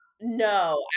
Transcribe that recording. no